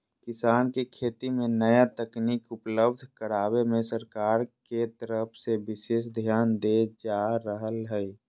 किसान के खेती मे नया तकनीक उपलब्ध करावे मे सरकार के तरफ से विशेष ध्यान देल जा रहल हई